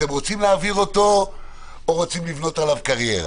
אתם רוצים להעביר אותו או רוצים לבנות עליו קריירה?